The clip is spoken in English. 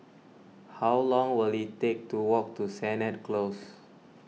how long will it take to walk to Sennett Close